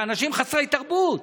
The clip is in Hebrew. אלה אנשים חסרי תרבות.